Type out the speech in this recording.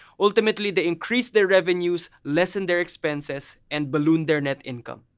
ultimately, they increase their revenues, lessen their expenses and balloon their net income.